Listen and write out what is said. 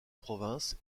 province